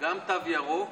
גם תו ירוק